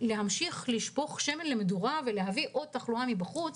ומאידך ממשיכים לשפוך עוד שמן למדורה ולהביא עוד תחלואה מבחוץ